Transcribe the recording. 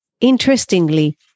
interestingly